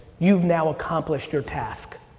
you've now accomplished your task.